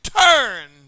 turn